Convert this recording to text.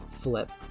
flip